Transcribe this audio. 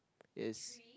is